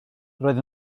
roedd